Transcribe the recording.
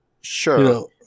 Sure